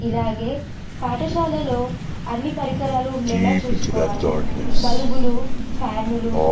ఇలాగే పాఠశాలలో అన్ని పరికరాలు ఉండేలా చూసుకోవాలి బల్బులు ఫ్యానులు